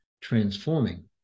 transforming